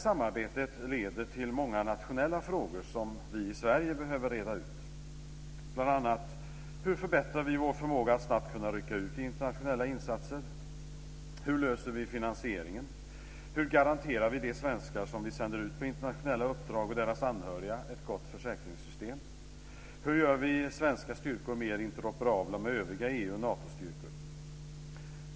Samarbetet leder till många nationella frågor som vi i Sverige behöver reda ut: Hur förbättrar vi vår förmåga att snabbt kunna rycka ut i internationella insatser? Hur gör vi svenska styrkor mer interoperabla med övriga EU och Natostyrkor?